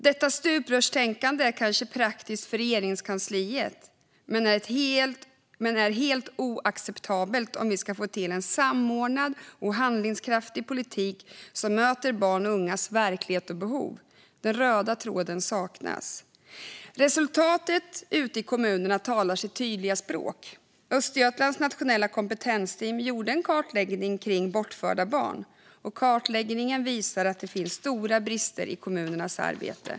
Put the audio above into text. Detta stuprörstänkande är kanske praktiskt för Regeringskansliet, men det är helt oacceptabelt om vi ska få till en samordnad och handlingskraftig politik som möter barns och ungas verklighet och behov. Den röda tråden saknas. Resultatet ute i kommunerna talar sitt tydliga språk: Östergötlands nationella kompetensteam har gjort en kartläggning kring bortförda barn som visar att det finns stora brister i kommunernas arbete.